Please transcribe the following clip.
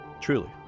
truly